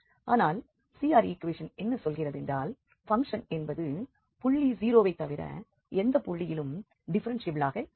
ஆனால் CR equation என்ன சொல்கிறதென்றால் பங்க்ஷன் என்பது புள்ளி 0 வைத் தவிர எந்த புள்ளியிலும் டிஃப்ஃபெரென்ஷியபிளாக இருக்கும்